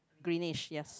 greenish yes